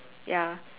ya